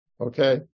Okay